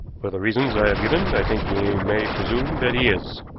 for the reasons i have given i think we may presume that he is,